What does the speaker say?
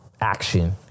action